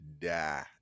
die